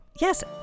Yes